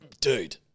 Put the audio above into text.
Dude